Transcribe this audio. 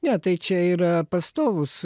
ne tai čia yra pastovūs